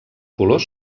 colors